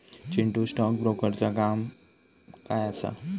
Chintu, stock ब्रोकरचा काय काम असा?